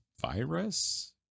virus